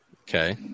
Okay